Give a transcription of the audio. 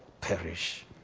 perish